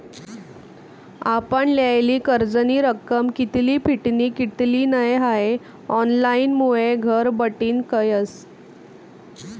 आपण लेयेल कर्जनी रक्कम कित्ली फिटनी कित्ली नै हाई ऑनलाईनमुये घरबठीन कयस